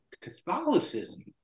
catholicism